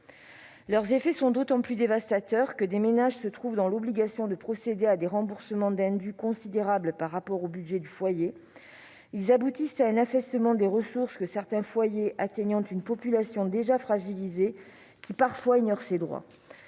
ces pouvoirs sont d'autant plus dévastateurs que des ménages se trouvent dans l'obligation de procéder à des remboursements d'indus considérables au regard du budget du foyer, aboutissant à un affaissement des ressources de certains foyers au sein d'une population déjà fragilisée et qui, parfois, ignore ses droits.